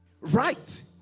right